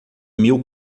mil